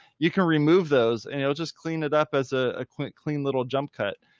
you can remove those and it'll just clean it up as a quick, clean little jump cut.